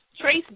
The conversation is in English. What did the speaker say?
trace